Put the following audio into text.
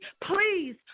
Please